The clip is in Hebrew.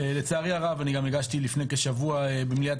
לצערי הרב אני גם הגשתי לפני כשבוע במליאת